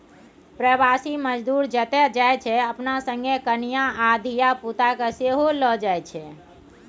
प्रबासी मजदूर जतय जाइ छै अपना संगे कनियाँ आ धिया पुता केँ सेहो लए जाइ छै